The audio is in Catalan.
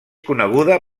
coneguda